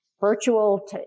virtual